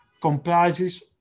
comprises